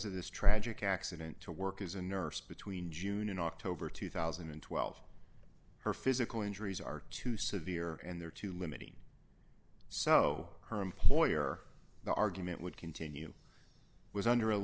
of this tragic accident to work as a nurse between june in october two thousand and twelve her physical injuries are too severe and they're too limiting so her ploy or the argument would continue was under a